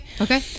okay